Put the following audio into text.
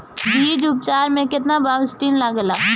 बीज उपचार में केतना बावस्टीन लागेला?